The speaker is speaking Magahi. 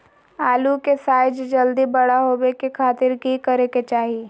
आलू के साइज जल्दी बड़ा होबे के खातिर की करे के चाही?